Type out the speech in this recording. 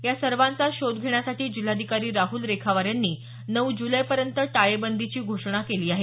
या सर्वांचा शोध घेण्यासाठी जिल्हाधिकारी राहूल रेखावार यांनी नऊ जुलैपर्यंत टाळेबंदीची घोषणा केली आहे